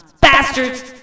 Bastards